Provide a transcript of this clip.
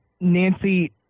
Nancy